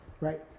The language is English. Right